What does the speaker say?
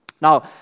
Now